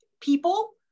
people